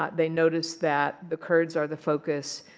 ah they notice that the kurds are the focus.